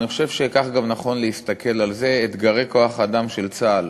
אני חושב שכך גם נכון להסתכל על אתגרי כוח-האדם של צה"ל,